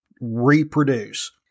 reproduce